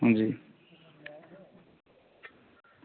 अं